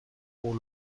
پول